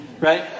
Right